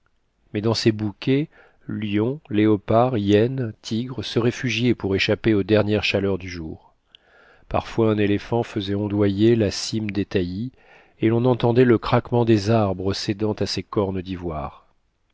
mais dans ces bouquets lions léopards hyènes tigres se réfugiaient pour échapper aux dernières chaleurs du jour parfois un éléphant faisait ondoyer la cime des taillis et l'on entendait le craquement des arbres cédant à ses cornes d'ivoire